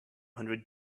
hundred